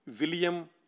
William